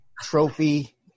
trophy